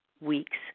weeks